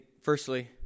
firstly